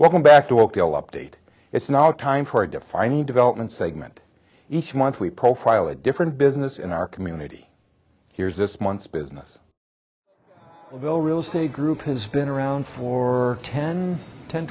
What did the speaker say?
welcome back to local update it's now time for a defining development segment each month we profile a different business in our community here's this month's business well real say group has been around for ten ten